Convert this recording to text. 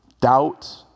Doubt